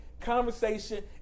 conversation